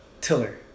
Tiller